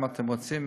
אם אתם רוצים,